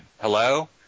Hello